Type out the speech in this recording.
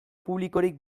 publikorik